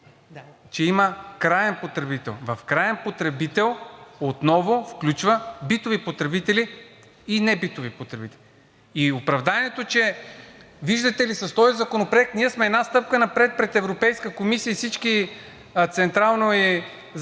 че има краен потребител. Краен потребител отново включва битови потребители и небитови потребители. И оправданието, че, видите ли, с този законопроект ние сме една стъпка напред пред Европейската комисия и всички централни и западноевропейски